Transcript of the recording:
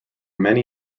many